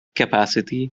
capacity